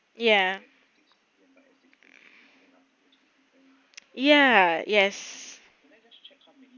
ya ya yes